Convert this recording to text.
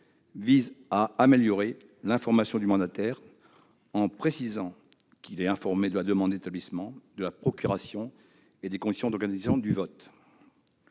vise à améliorer l'information du mandataire, en précisant qu'il est informé de la demande d'établissement de la procuration et des conditions d'organisation du vote.